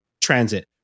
transit